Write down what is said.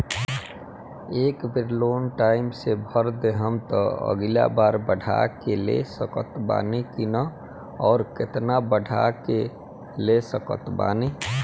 ए बेर loan time से भर देहम त अगिला बार बढ़ा के ले सकत बानी की न आउर केतना बढ़ा के ले सकत बानी?